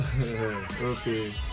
Okay